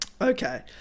Okay